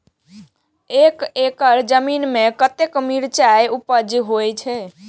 एक एकड़ जमीन में कतेक मिरचाय उपज होई छै?